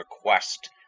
request